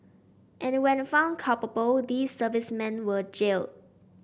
and when found culpable these servicemen were jail